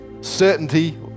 certainty